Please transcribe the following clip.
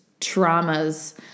traumas